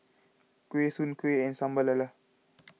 Kuih Soon Kuih and Sambal Lala